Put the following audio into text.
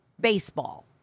baseball